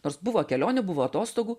nors buvo kelionių buvo atostogų